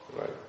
right